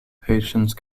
patience